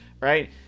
Right